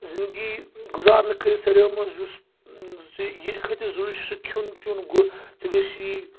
زِندگی گُزارنہٕ خٲطرٕ یُس ساروٕے منٛز یُس ییٚتہِ خٲطرٕ ضروری چھُ سُہ کھیٚون چیٚون گوٚو ژےٚ گَژھی